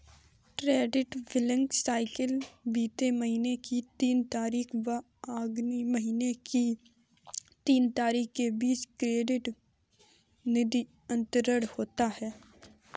credit billing cycle बीते महीने की तीन तारीख व आगामी महीने की तीन तारीख के बीच क्रेडिट निधि अंतरण होगा